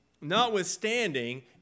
notwithstanding